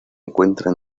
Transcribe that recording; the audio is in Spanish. encuentra